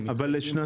אבל לשנתיים.